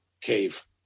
cave